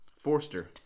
Forster